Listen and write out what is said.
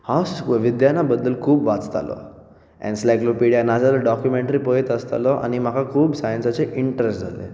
हांव विज्ञाना बद्दल खूब वाचतालो एन्सायक्लोपिडिया ना जाल्यार डॉकुमँट्री पळयत आसतालो आनी म्हाका खूब सायन्साचें इंट्रस्ट जालें